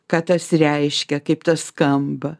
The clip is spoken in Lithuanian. ką tas reiškia kaip tas skamba